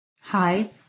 Hi